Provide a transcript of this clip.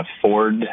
afford